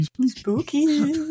Spooky